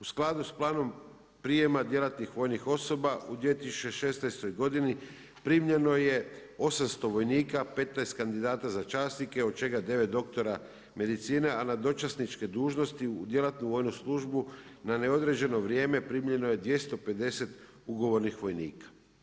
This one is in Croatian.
U skladu s planom prijema djelatnih vojnih osoba, u 2016. godini primljeno je 800 vojnika, 15 kandidata za časnike od čega 9 doktora medicine, a na dočasničke dužnosti u djelatnu vojnu službu na neodređeno vrijeme, primljeno je 250 ugovornih vojnika.